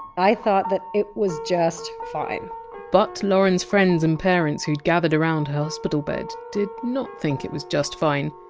i thought that it was just fine but lauren! s friends and parents who had gathered around her hospital bed did not think it was just fine.